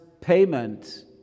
payment